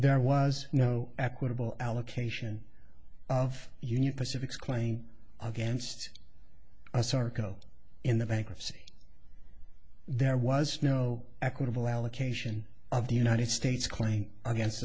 there was no equitable allocation of union pacific claim against a sort of code in the bankruptcy there was no equitable allocation of the united states claim against